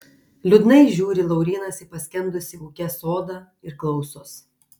liūdnai žiūri laurynas į paskendusį ūke sodą ir klausos